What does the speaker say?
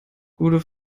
gute